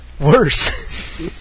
worse